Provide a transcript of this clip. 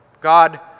God